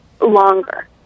longer